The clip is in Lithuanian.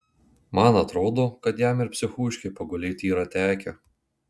man atrodo kad jam ir psichūškėj pagulėt yra tekę